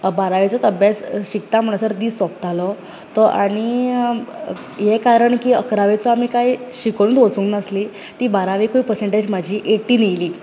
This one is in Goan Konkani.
अब बारावेचोच अभ्यास शिकता म्हणसर दीस सोंपतालो तो आनी हे कारण की अकरावेचो आमी काय शिकोनूच वचूंक नासली ती बारावेकूय पर्सेन्टज म्हजी एटीन येयली